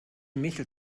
michel